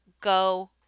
go